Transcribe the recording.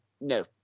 No